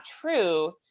true